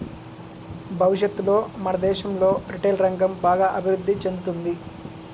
భవిష్యత్తులో మన దేశంలో రిటైల్ రంగం బాగా అభిరుద్ధి చెందుతుంది